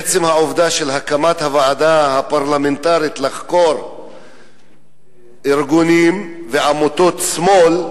עצם העובדה שהוקמה הוועדה הפרלמנטרית לחקירת ארגונים ועמותות שמאל,